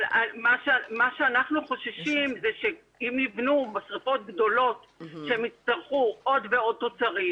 אבל אנחנו חוששים שאם יהיו שריפות גדולות שיצטרכו עוד ועוד תוצרים,